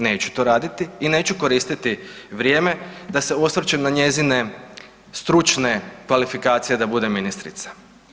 Neću to raditi i neću koristiti vrijeme da se osvrćem na njezine stručne kvalifikacije da bude ministrica.